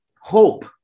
hope